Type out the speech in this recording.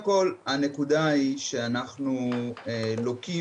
ועישון וזה כמובן סנקציה שאנחנו רואים